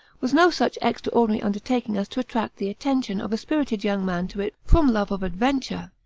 was no such extraordinary undertaking as to attract the attention of a spirited young man to it from love of adventure.